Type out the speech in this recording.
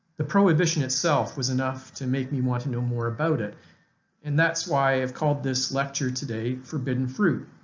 the prohibition itself was enough to make me want to know more about it and that's why i have called this lecture today forbidden fruit,